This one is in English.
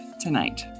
tonight